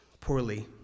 Poorly